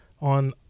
on